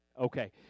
Okay